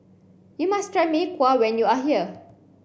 you must try Mee Kuah when you are here